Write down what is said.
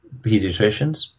pediatricians